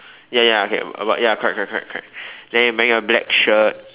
ya ya okay but ya correct correct correct then wearing a black shirt